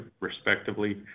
respectively